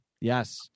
Yes